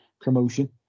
promotion